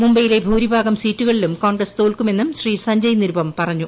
മുബൈയിലെ ഭൂരിഭാഗം സീറ്റുകളിലും കോൺഗ്രസ് തോൽക്കുമെന്നും ശ്രീ സഞ്ജയ് നിരുപം പറഞ്ഞു